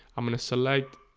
i'm gonna select.